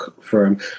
firm